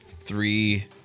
three